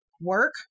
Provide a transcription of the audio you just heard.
work